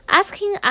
asking